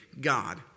God